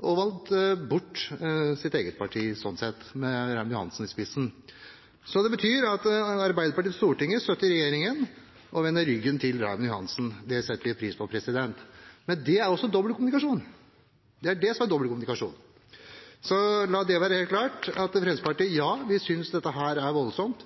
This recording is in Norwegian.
og valgt bort sitt eget parti i Oslo, med Raymond Johansen i spissen. Det betyr at Arbeiderpartiet i Stortinget støtter regjeringen og vender ryggen til Raymond Johansen. Det setter vi pris på, men det er det som er dobbeltkommunikasjon. La dette være helt klart: Fremskrittspartiet synes dette er voldsomt.